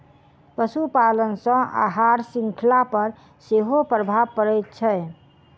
पशुपालन सॅ आहार शृंखला पर सेहो प्रभाव पड़ैत छै